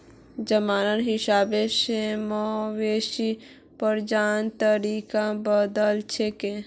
जमानार हिसाब से मवेशी प्रजननेर तरीका बदलछेक